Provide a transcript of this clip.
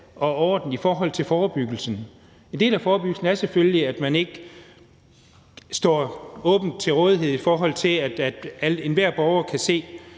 og orden i forhold til forebyggelsen. En del af forebyggelsen er selvfølgelig ikke at stå åbent til rådighed, i forhold til at enhver borger kan se